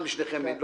אחד משניכם,